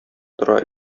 тора